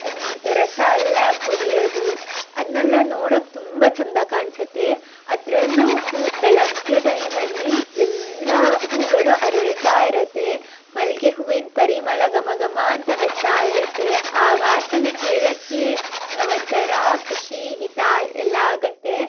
ರಸಯೆಲ್ಲ ಕುಡಿಯೋದು ಅದನ್ನೆಲ್ಲ ನೋಡೋಕ್ಕೆ ತುಂಬ ಚೆಂದ ಕಾಣ್ಸತ್ತೆ ಅದರಲ್ಲೂ ಫುಲ್ ಬೆಳಗ್ಗೆ ಟೈಮಲ್ಲಿ ಎಲ್ಲ ಹೂಗಳು ಅರಳ್ತಾ ಇರತ್ತೆ ಮಲ್ಲಿಗೆ ಹೂವಿನ ಪರಿಮಳ ಘಮಘಮ ಅಂತ ಬರ್ತಾ ಇರತ್ತೆ ಆ ವಾಸನೆ ಕೇಳಕ್ಕೆ ಒಂಥರ ಖುಷಿ ಹಿತ ಎಲ್ಲ ಆಗತ್ತೆ